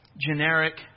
Generic